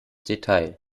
detail